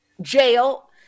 Jail